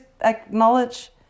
acknowledge